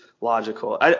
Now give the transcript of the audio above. logical